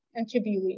interviewee